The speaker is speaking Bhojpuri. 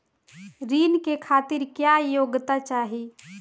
ऋण के खातिर क्या योग्यता चाहीं?